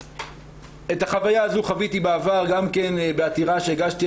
את החוויה הזו חוויתי בעבר גם כן בעתירה שהגשתי,